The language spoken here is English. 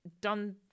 done